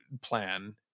plan